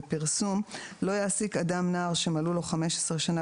לא יעסיק אדם נער שמלאו לו חמש עשרה שנה